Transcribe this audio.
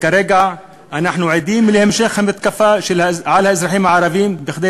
וכרגע אנחנו עדים להמשך המתקפה על האזרחים הערבים כדי